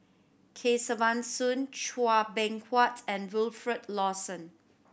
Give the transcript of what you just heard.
Kesavan Soon Chua Beng Huat and Wilfed Lawson